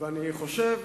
ואני חושב